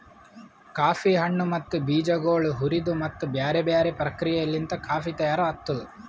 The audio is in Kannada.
ಕಾಫಿ ಹಣ್ಣು ಮತ್ತ ಬೀಜಗೊಳ್ ಹುರಿದು ಮತ್ತ ಬ್ಯಾರೆ ಬ್ಯಾರೆ ಪ್ರಕ್ರಿಯೆಲಿಂತ್ ಕಾಫಿ ತೈಯಾರ್ ಆತ್ತುದ್